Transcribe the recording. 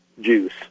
juice